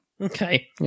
Okay